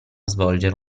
svolgere